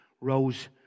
rose